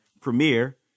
premiere